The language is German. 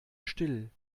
still